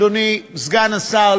אדוני סגן השר,